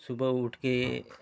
सुबह उठ कर